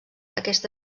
aquesta